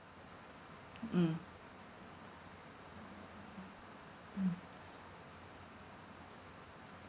mm